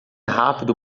rápido